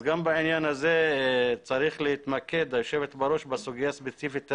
גם בעניין הזה צריך להתמקד בסוגיה הספציפית הזאת,